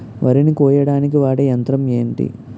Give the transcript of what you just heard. వరి ని కోయడానికి వాడే యంత్రం ఏంటి?